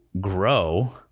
grow